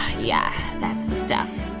yeah, that's the stuff.